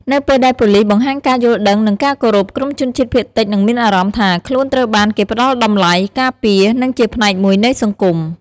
នៅពេលដែលប៉ូលិសបង្ហាញការយល់ដឹង និងការគោរព ក្រុមជនជាតិភាគតិចនឹងមានអារម្មណ៍ថាខ្លួនត្រូវបានគេផ្តល់តម្លៃ ការពារ និងជាផ្នែកមួយនៃសង្គម។